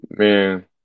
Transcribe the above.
Man